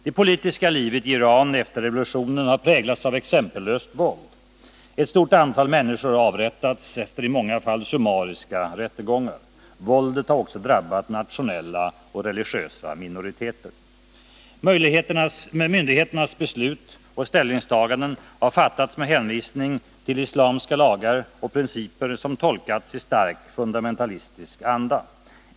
Det politiska livet i Iran efter revolutionen har präglats av exempellöst våld. Ett stort antal människor har avrättats efter i många fall summariska rättegångar. Våldet har också drabbat nationella och religiösa minoriteter. Myndigheternas beslut och ställningstaganden har fattats med hänvisning till islamiska lagar och principer, som tolkats i starkt fundamentalistisk anda.